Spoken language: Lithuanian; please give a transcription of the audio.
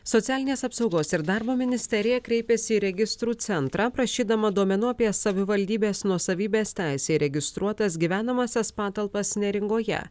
socialinės apsaugos ir darbo ministerija kreipėsi į registrų centrą prašydama duomenų apie savivaldybės nuosavybės teisę įregistruotas gyvenamąsias patalpas neringoje